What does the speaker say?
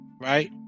right